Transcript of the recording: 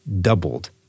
doubled